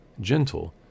gentle